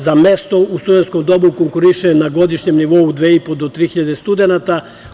Za mesto u studentskom domu konkuriše, na godišnjem nivou, dve i po do tri hiljade studenata.